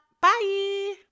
Bye